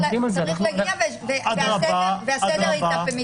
עובדים על זה וזה צריך להגיע והסדר מתהפך.